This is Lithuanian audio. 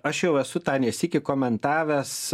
aš jau esu tą ne sykį komentavęs